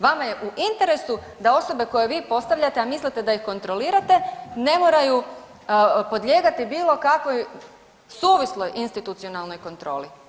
Vama je u interesu da osobe koje vi postavljate, a mislite da ih kontrolirate, ne moraju podlijegati bilo kakvoj suvisloj institucionalnoj kontroli.